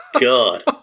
God